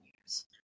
years